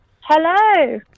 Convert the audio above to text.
Hello